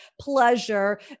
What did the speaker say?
pleasure